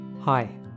Hi